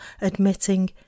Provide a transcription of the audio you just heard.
admitting